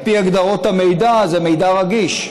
על פי הגדרות המידע זה מידע רגיש.